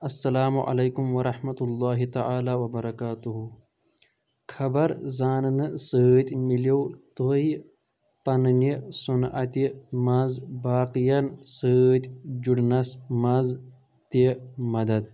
اسلام علیکُم ورحمتہ اللہ تعالٰی وبرکاتہ خبر زاننہٕ سۭتۍ مِلٮ۪و تُہۍ پنِنہِ صنعتہِ منٛز باقِٮ۪ن سۭتۍ جُڑنَس منٛز تہِ مدد